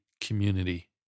community